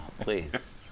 please